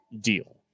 deal